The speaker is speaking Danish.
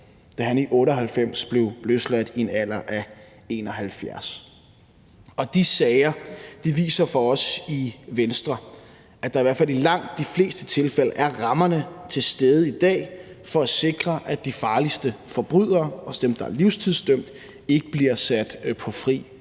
da han i 1998 blev løsladt i en alder af 71 år. De sager viser for os i Venstre, at rammerne i hvert fald i langt de fleste tilfælde er til stede i dag for at sikre, at de farligste forbrydere, også dem, der er livstidsdømte, ikke bliver sat på fri